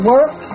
Work